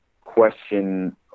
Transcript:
question